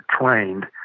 trained